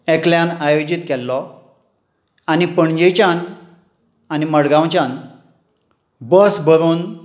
एकल्यान आयोजीत केल्लो आनी पणजेच्यान आनी मडगांवच्यान बस भरून